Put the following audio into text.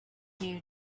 you